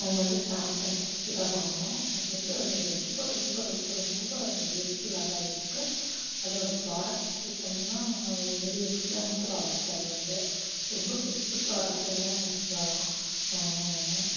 நாங்கள் வந்து Samsung fridge தான் வாங்கினோம் அது வந்து ரொம்ப ரொம்ப ரொம்ப ரொம்ப யூஸ்ஃபுல்லாக தான் இருக்குது அதோடய ப்ராடக்ட் பற்றி சொல்லனும்னா வெரி எக்ஸெலன்ட் ப்ராடக்ட் அது வந்து ரொம்ப பெஸ்ட் ப்ராடக்ட்டுனே நம்ம சொல்லலாம்